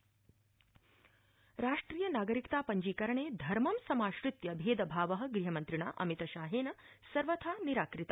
राज्यसभा गुहमन्त्री राष्ट्रिय नागरिकता पञ्जीकरणे धर्म सभाश्रित्य भेदभाव गृहमन्त्रिणा अमितशाहेन सर्वथा निराकृत